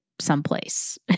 someplace